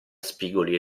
spigoli